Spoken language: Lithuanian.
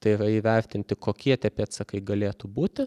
tai yra įvertinti kokie tie pėdsakai galėtų būti